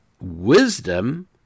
wisdom